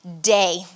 day